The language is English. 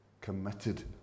committed